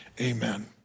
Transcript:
amen